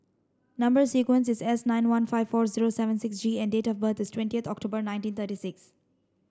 number sequence is S nine one five four zero seven six G and date of birth is twentieth October nineteen thirty six